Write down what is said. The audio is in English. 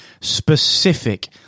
specific